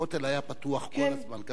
הכותל היה פתוח כל הזמן.